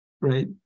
right